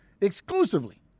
exclusively